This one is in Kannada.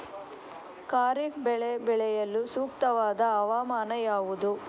ಖಾರಿಫ್ ಬೆಳೆ ಬೆಳೆಯಲು ಸೂಕ್ತವಾದ ಹವಾಮಾನ ಯಾವುದು?